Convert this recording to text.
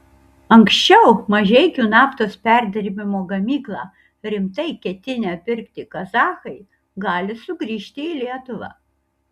anksčiau mažeikių naftos perdirbimo gamyklą rimtai ketinę pirkti kazachai gali sugrįžti į lietuvą